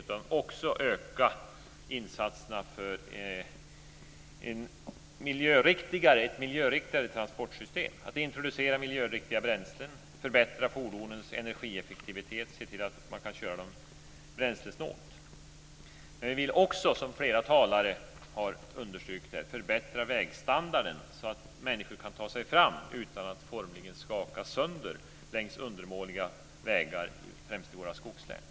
Vi bör också öka insatserna för ett mer miljöriktigt transportsystem, introducera miljöriktiga bränslen, förbättra fordonens energieffektivitet och se till att man kan köra bränslesnålt. Vi vill också, som flera talare har understrukit, förbättra vägstandarden så att människor kan ta sig fram utan att skaka sönder på undermåliga vägar, främst i våra skogslän.